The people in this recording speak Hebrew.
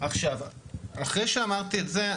אחרי שאמרתי את זה,